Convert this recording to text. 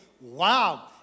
wow